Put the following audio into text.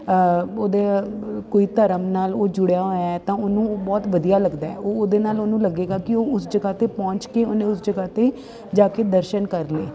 ਉਹਦੇ ਕੋਈ ਧਰਮ ਨਾਲ ਉਹ ਜੁੜਿਆ ਹੋਇਆ ਤਾਂ ਉਹਨੂੰ ਉਹ ਬਹੁਤ ਵਧੀਆ ਲੱਗਦਾ ਉਹ ਉਹਦੇ ਨਾਲ ਉਹਨੂੰ ਲੱਗੇਗਾ ਕਿ ਉਹ ਉਸ ਜਗ੍ਹਾ 'ਤੇ ਪਹੁੰਚ ਕੇ ਉਹਨੇ ਉਸ ਜਗ੍ਹਾ 'ਤੇ ਜਾ ਕੇ ਦਰਸ਼ਨ ਕਰ ਲਏ